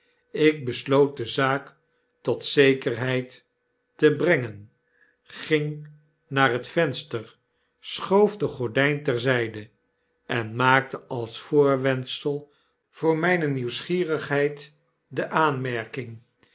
ik besloot de zaak tot zekerheidte een verkeerd adres brengen ging naar het venster schoof de gordyn ter zijde en maakte als voorwendsel voor myne nieuwsgierigheid de aanmerking